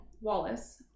Wallace